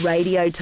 Radio